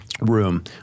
room